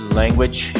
language